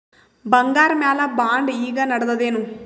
ಬಂಗಾರ ಮ್ಯಾಲ ಬಾಂಡ್ ಈಗ ನಡದದೇನು?